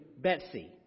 Betsy